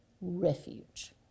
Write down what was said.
refuge